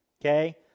okay